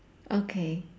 okay